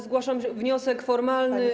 Zgłaszam wniosek formalny.